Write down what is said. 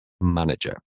manager